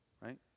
Right